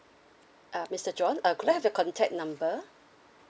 uh mister john uh could I have your contact number